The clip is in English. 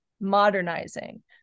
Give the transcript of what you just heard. modernizing